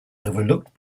overlooked